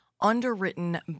underwritten